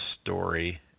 story